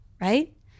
Right